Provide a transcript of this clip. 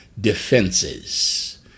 defenses